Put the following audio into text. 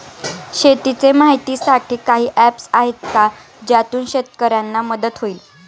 शेतीचे माहितीसाठी काही ऍप्स आहेत का ज्यातून शेतकऱ्यांना मदत होईल?